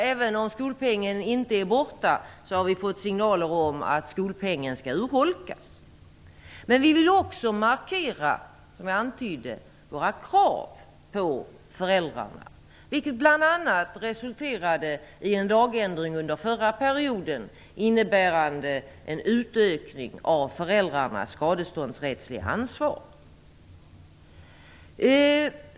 Även om skolpengen inte är borta har vi fått signaler om att den skall urholkas. Men vi vill också markera våra krav på föräldrarna, som jag antydde. Det resulterade bl.a. i en lagändring under den förra mandatperioden som innebar en utökning av föräldrarnas skadeståndsrättsliga ansvar.